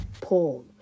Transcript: Paul